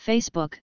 Facebook